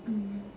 mm